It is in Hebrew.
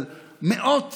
על מאות